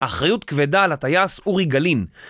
אחריות כבדה על הטייס אורי גלין